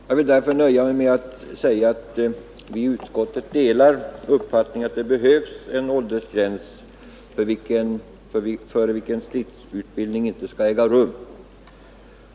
Jag vill därför nöja mig med att säga att utskottet delar uppfattningen att det behövs en åldersgräns före vilken stridsutbildning inte skall äga rum.